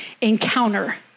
encounter